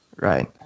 right